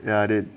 ya did